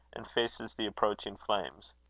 and faces the approaching flames.